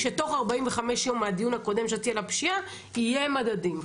שתוך 45 יום מהדיון הקודם על הפשיעה יהיה מדדים.